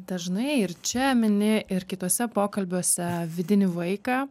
dažnai ir čia mini ir kituose pokalbiuose vidinį vaiką